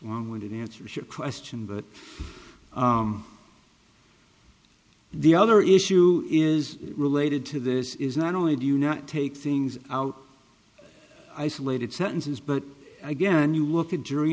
long winded answers your question but the other issue is related to this is not only do you not take things out isolated sentences but again you look at jury